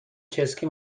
چسکی